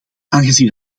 aangezien